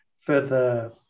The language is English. further